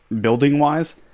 building-wise